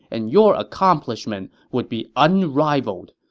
and your accomplishment would be unrivaled.